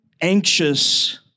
anxious